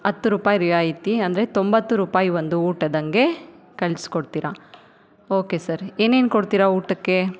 ಹತ್ತು ರೂಪಾಯಿ ರಿಯಾಯಿತಿ ಅಂದರೆ ತೊಂಬತ್ತು ರೂಪಾಯಿ ಒಂದು ಊಟದಾಗೆ ಕಳ್ಸ್ಕೊಡ್ತೀರ ಓಕೆ ಸರ್ ಏನೇನು ಕೊಡ್ತೀರ ಊಟಕ್ಕೆ